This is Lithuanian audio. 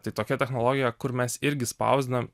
tai tokia technologija kur mes irgi spausdinam